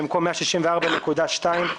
במקום "164.2%"